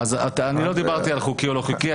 אני לא דיברתי על חוקי או לא חוקי,